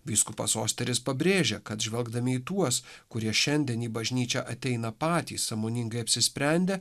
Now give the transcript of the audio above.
vyskupas osteris pabrėžia kad žvelgdami į tuos kurie šiandien į bažnyčią ateina patys sąmoningai apsisprendę